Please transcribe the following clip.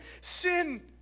sin